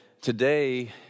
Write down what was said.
Today